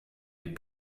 est